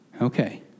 Okay